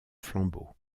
flambeau